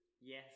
Yes